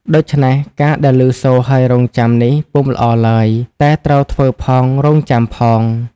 ដូច្នេះការដែលឮសូរហើយរង់ចាំនេះពុំល្អឡើយ តែត្រូវធ្វើផងរងចាំផង។